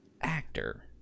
Actor